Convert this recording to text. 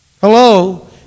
Hello